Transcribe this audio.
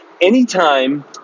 Anytime